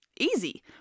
Easy